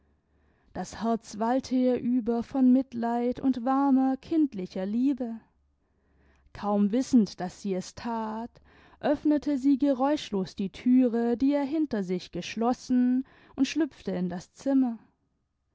das herz wallte ihr über von mitleid und warmer kindlicher liebe kaum wissend daß sie es that öffnete sie geräuschlos die thüre die er hinter sich geschlossen und schlüpfte in das zimmer